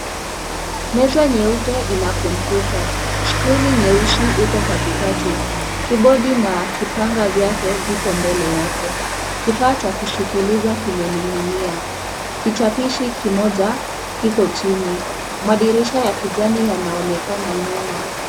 Meza nyeupe ina kompyuta. Skrini nyeusi iko katikati. Kibodi na kipanya vyake viko mbele yake. Kifaa cha kusikiliza kimening'inia. Kichapishi kimoja kiko chini. Madirisha ya kijani yanaonekana nyuma.